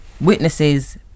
witnesses